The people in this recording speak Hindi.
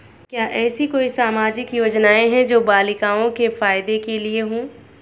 क्या ऐसी कोई सामाजिक योजनाएँ हैं जो बालिकाओं के फ़ायदे के लिए हों?